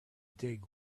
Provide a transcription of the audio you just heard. dig